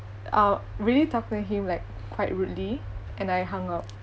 uh really talked to him like quite rudely and I hung up